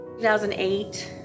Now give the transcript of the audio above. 2008